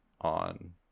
on